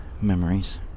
Memories